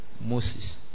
Moses